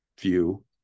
view